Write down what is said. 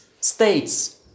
states